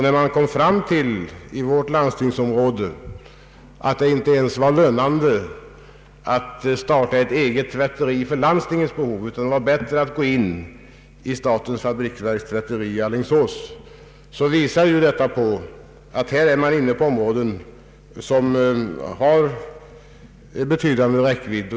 När vi kom fram till att det inom vårt landsting inte ens var lönande att starta ett eget tvätteri för vårt behov, utan att det var bättre att anlita statens fabriksverks tvätteri i Alingsås, så visar ju detta att man rör sig på områden med stor räckvidd.